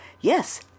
Yes